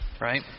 right